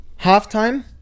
halftime